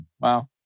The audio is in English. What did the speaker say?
Wow